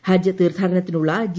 ഹജ്ജ് തീർത്ഥാടനത്തിനുള്ള ജി